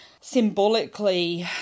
symbolically